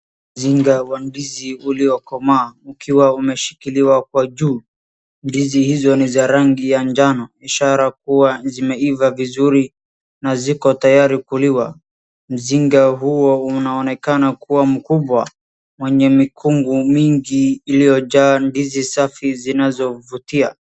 Mzinga wa ndizi uliokomaa ukiwa umeshikiliwa kwa juu. Ndizi hizo ni za rangi ya njano, ishara kuwa zimeiva vizuri na ziko tayari kuliwa. Mzinga huo unaonekana kuwa mkubwa, wenye mikungu mingi iliyojaa ndizi safi zinazovutia.